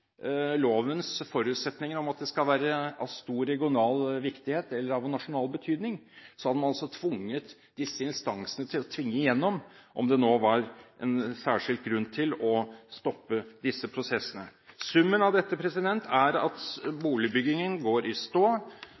lovens forutsetninger om at det skal være av stor regional viktighet eller av nasjonal betydning, hadde man tvunget disse instansene til å tenke igjennom dette – om det var en særskilt grunn til å stoppe disse prosessene. Summen av dette er at boligbyggingen går i stå.